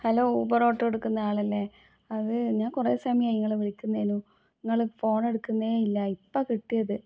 hello Uber ഓട്ടോടിക്കുന്ന ആളല്ലേ അത് ഞാൻ കുറേ സമയമായി നിങ്ങളെ വിളിക്കുന്നു നിങ്ങൾ ഫോൺ എടുക്കുന്നേ ഇല്ലാ ഇപ്പം കിട്ടിയത്